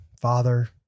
father